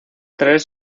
tres